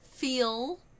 Feel